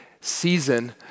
season